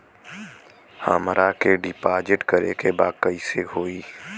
हमरा के डिपाजिट करे के बा कईसे होई?